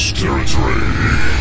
territory